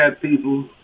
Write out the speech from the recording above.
people